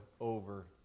over